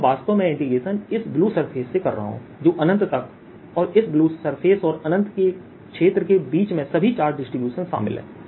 तो मैं वास्तव में यह इंटीग्रेशन इस ब्लू सरफेस से कर रहा हूं जो अनंत तक और इस ब्लू सरफेस और अनंत क्षेत्र केबीच में सभी चार्ज डिस्ट्रीब्यूशन शामिल हैं